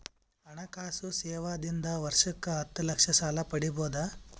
ಹಣಕಾಸು ಸೇವಾ ದಿಂದ ವರ್ಷಕ್ಕ ಹತ್ತ ಲಕ್ಷ ಸಾಲ ಪಡಿಬೋದ?